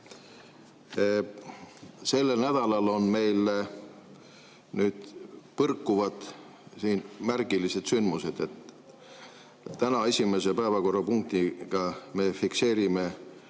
Sellel nädalal on meil nüüd põrkuvad märgilised sündmused. Täna esimese päevakorrapunktiga me fikseerime